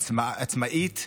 עצמאית,